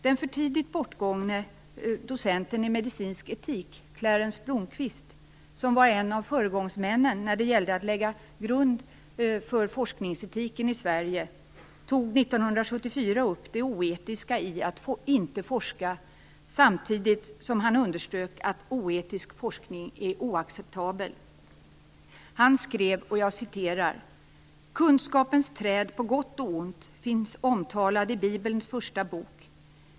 Den för tidigt bortgångne docenten i medicinsk etik Clarence Blomqvist, som var en av föregångsmännen när det gäller att lägga grund för forskningsetiken i Sverige, tog 1974 upp det oetiska i att inte forska samtidigt som han underströk att oetisk forskning är oacceptabel. Han skrev: "Kunskapens träd på gott och ont finns omtalad i bibelns första bok.